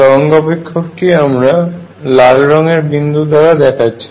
তরঙ্গ অপেক্ষকটিকে আমরা লাল রঙের বিন্দু দারা বোঝাচ্ছি